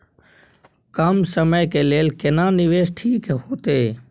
कम समय के लेल केना निवेश ठीक होते?